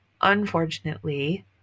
Unfortunately